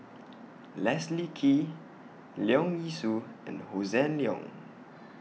Leslie Kee Leong Yee Soo and Hossan Leong